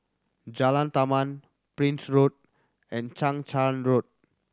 Jalan Taman Prince Road and Chang Charn Road